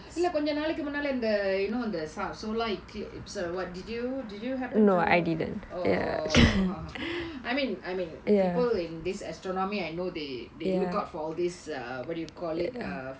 இல்ல கொஞ்ச நாளைக்கு முன்னால இந்த:illa konja naalaikku munnaala intha you know இந்த:intha solar eclipse of what did you did you happen to oh I mean I mean people in this astronomy I know they they look out for all this uh what do you call it uh